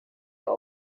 what